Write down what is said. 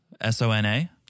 S-O-N-A